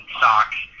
socks